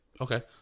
Okay